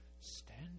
stand